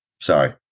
sorry